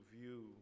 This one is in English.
view